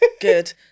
good